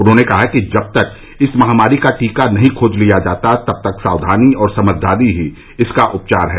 उन्होंने कहा कि जब तक कि इस महामारी का टीका नहीं खोज लिया जाता तब तक साक्यानी और समझदारी ही इसका उपचार है